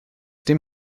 dim